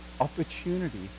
opportunity